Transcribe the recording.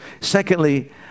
secondly